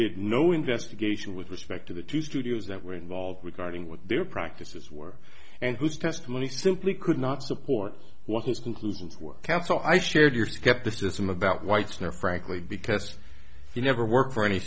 did no investigation with respect to the two studios that were involved regarding what their practices were and whose testimony simply could not support what his conclusions were kept so i shared your skepticism about whites nor frankly because you never worked for any